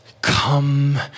come